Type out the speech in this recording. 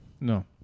No